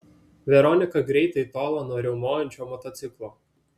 veronika greitai tolo nuo riaumojančio motociklo